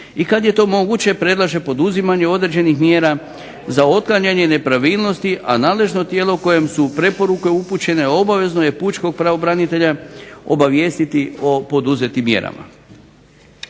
i kad je to moguće predlaže poduzimanje određenih mjera za otklanjanje nepravilnosti, a nadležno tijelo kojem su preporuke upućene obavezno je pučkog pravobranitelja obavijestiti o poduzetim mjerama.